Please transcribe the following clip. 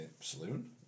saloon